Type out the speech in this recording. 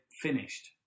finished